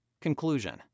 Conclusion